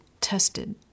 tested